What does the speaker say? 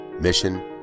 mission